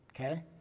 Okay